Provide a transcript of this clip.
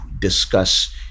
discuss